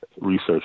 research